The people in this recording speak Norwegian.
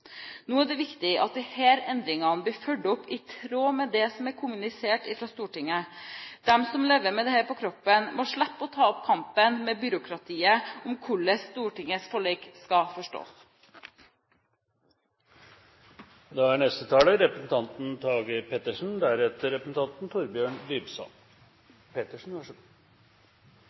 Nå er det viktig at disse endringene blir fulgt opp i tråd med det som er kommunisert fra Stortinget. De som lever med dette på kroppen, må slippe å ta opp kampen med byråkratiet om hvordan Stortingets forlik skal forstås. I trontalen var i realiteten kunnskapspolitikken fraværende. Samtidig sitter det nå mange nyvalgte politikere landet over som er